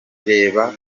reba